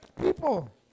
people